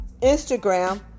Instagram